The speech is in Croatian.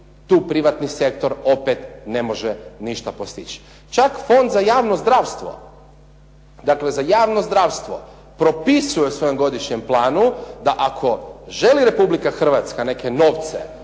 tu privatni sektor opet ne može ništa postići. Čak Fond za javno zdravstvo, dakle za javno zdravstvo propisuje u svojem godišnjem planu da ako želi Republika Hrvatska neke novce